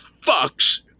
fucks